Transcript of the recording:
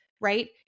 Right